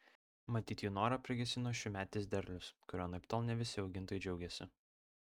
matyt jų norą prigesino šiųmetis derlius kuriuo anaiptol ne visi augintojai džiaugėsi